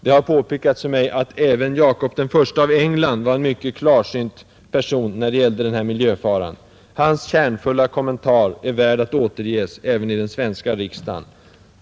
Det har påpekats för mig att även Jakob I av England var en klarsynt person när det gällde denna miljöfara. Hans kärnfulla kommentar är värd att återges även i den svenska riksdagen.